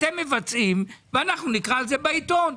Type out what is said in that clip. אתם מבצעים ואנחנו נקרא על זה בעיתון.